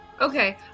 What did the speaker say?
Okay